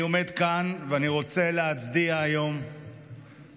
אני עומד כאן ואני רוצה להצדיע היום לחיילות,